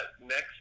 next